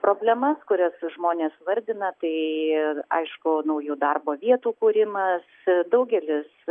problemas kurias žmonės vardina tai aišku naujų darbo vietų kūrimas daugelis